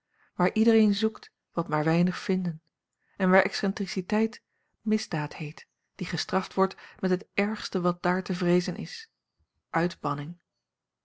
waar iedereen zoekt wat maar weinig vinden a l g bosboom-toussaint langs een omweg en waar excentriciteit misdaad heet die gestraft wordt met het ergste wat daar te vreezen is